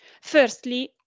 Firstly